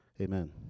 Amen